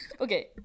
Okay